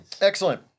Excellent